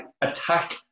attack